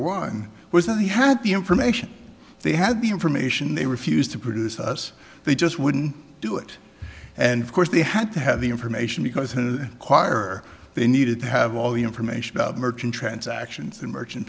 one was that he had the information they had the information they refused to produce us they just wouldn't do it and of course they had to have the information because in a choir they needed to have all the information about merchant transactions